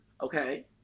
okay